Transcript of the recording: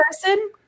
person